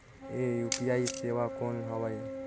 ये यू.पी.आई सेवा कौन हवे?